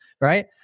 right